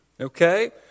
okay